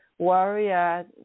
Warrior